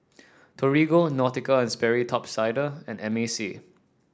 Torigo Nautica And Sperry Top Sider and M A C